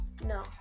No